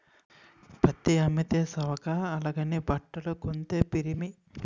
పత్తి అమ్మితే సవక అలాగని బట్టలు కొంతే పిరిమి